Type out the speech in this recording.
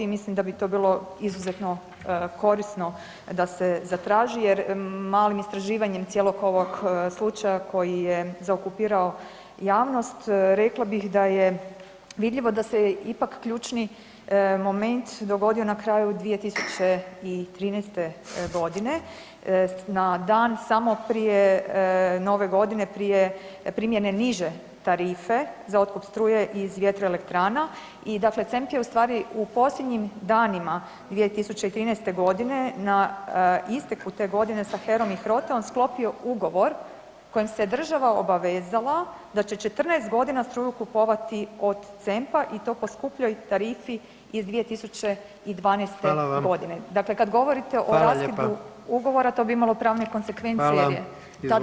Mislim da bi to bilo izuzetno korisno da se zatraži jer malim istraživanjem cijelog ovog slučaja koji je zaokupirao javnost, rekla bih da je vidljivo da se ipak ključni moment dogodio na kraju 2013.g. na dan samo prije Nove Godine, prije primjene niže tarife za otkup struje iz vjetroelektrana i dakle CEMP je ustvari u posljednjim danima 2013.g. na isteku te godine sa HERA-om i HROTE-om sklopio ugovor kojim se država obavezala da će 14.g. struju kupovati od CEMP-a i to po skupljoj tarifi iz 2012.g [[Upadica: Hvala vam]] Dakle, kad govorite [[Upadica: Hvala lijepa]] o raskidu ugovora, to bi imalo pravne konsekvencije jer je tada…